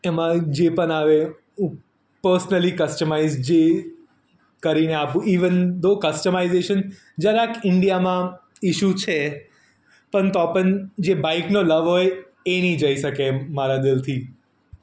એમાં જે પણ આવે પર્સનલી કસ્ટમાઇઝ જે કરીને આપું ઈવન ધો કસ્ટમાઈઝેશન જરાક ઇન્ડિયામાં ઇસ્યુ છે પણ તો પણ જે બાઈકનો લવ હોય એ નહીં જઈ શકે મારા દિલથી